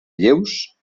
lleus